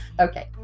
Okay